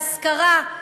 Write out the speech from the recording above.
להשכרה,